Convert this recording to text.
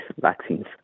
vaccines